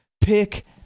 pick